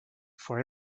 for